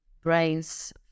brains